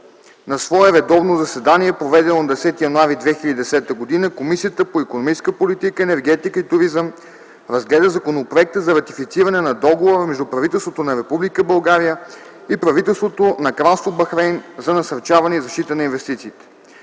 На свое редовно заседание, проведено на 10 януари 2010 г., Комисията по икономическата политика, енергетика и туризъм разгледа Законопроекта за ратифициране на Договора между правителството на Република България и правителството на Кралство Бахрейн за насърчаване и защита на инвестициите.